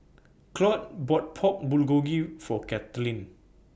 Claud bought Pork Bulgogi For Kathlene